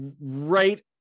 right